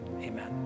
Amen